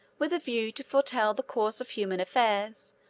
with a view to foretell the course of human affairs,